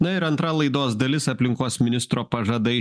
na ir antra laidos dalis aplinkos ministro pažadai